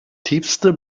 tiefste